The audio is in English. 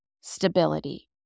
stability